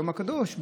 ליום הקדוש,